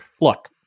Look